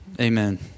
Amen